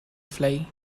fly